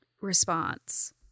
response